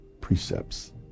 precepts